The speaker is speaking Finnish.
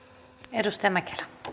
arvoisa puhemies